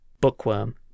Bookworm